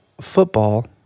football